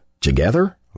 Together